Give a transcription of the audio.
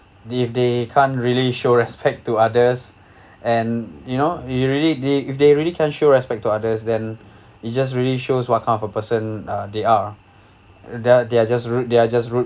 if they can't really show respect to others and you know it really did if they really can show respect to others then it just really shows what kind of a person uh they are they are they are just rude they are just rude